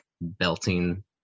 belting